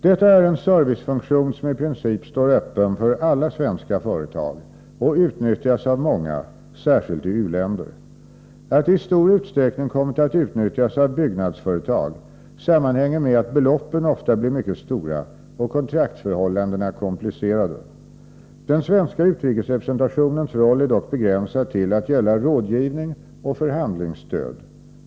Detta är en servicefunktion som i princip står öppen för alla svenska företag och utnyttjas av många, särskilt i u-länder. Att det i stor utsträckning kommit att utnyttjas av byggnadsföretag sammanhänger med att beloppen ofta blir mycket stora och kontraktsförhållandena komplicerade. Den svenska utrikesrepresentationens roll är dock begränsad till att gälla rådgivning och förhandlingsstöd.